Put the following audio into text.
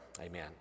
Amen